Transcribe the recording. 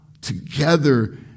together